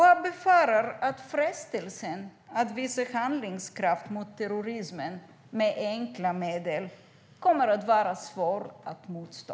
Jag befarar att frestelsen att visa handlingskraft mot terrorismen med enkla medel kommer att vara svår att motstå.